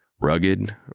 Rugged